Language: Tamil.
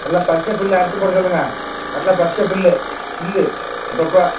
நல்லா பச்சப்புல்லு அறுத்துப் போட சொல்லுங்க நல்லா பச்சப்புல்லு புல்லு அப்போப்ப